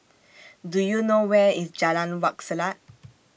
Do YOU know Where IS Jalan Wak Selat